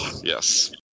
Yes